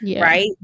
right